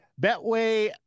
Betway